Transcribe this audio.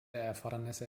erfordernisse